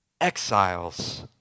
exiles